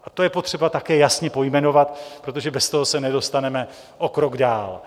A to je potřeba také jasně pojmenovat, protože bez toho se nedostaneme o krok dál.